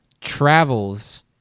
travels